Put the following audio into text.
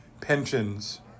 pensions